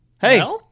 hey